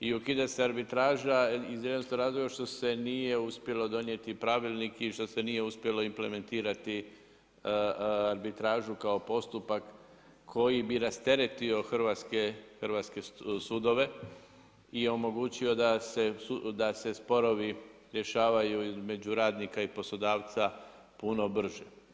I ukida se arbitraža iz jednostavnog razloga što se nije uspjelo donijeti pravilnik i što se nije uspjelo implementirati arbitražu kao postupak koji bi rasteretio hrvatske sudove i omogućio da se sporovi rješavaju između radnika i poslodavca puno brže.